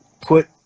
put